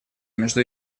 между